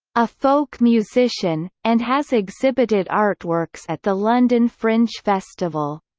a folk musician, and has exhibited artworks at the london fringe festival.